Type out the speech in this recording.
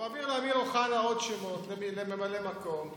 הוא העביר לאמיר אוחנה עוד שמות לממלא מקום.